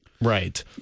Right